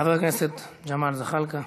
חבר הכנסת ג'מאל זחאלקה.